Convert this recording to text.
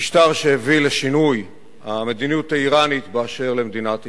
משטר שהביא לשינוי המדיניות האירנית באשר למדינת ישראל,